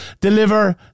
Deliver